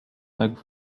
tak